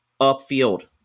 upfield